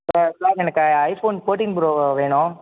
sir sir எனக்கு iPhone fourteen pro வேணும்